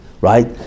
right